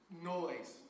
Noise